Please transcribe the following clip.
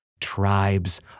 tribes